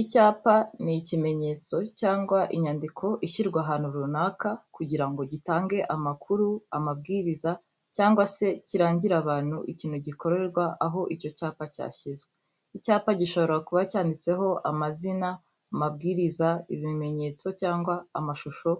Icyapa ni ikimenyetso cyangwa inyandiko ishyirwa ahantu runaka kugira ngo gitange amakuru, amabwiriza cyangwa se kirangire abantu ikintu gikorerwa aho icyo cyapa cyashyizwe. Icyapa gishobora kuba cyanditseho amazina, amabwiriza, ibimenyetso cyangwa amashusho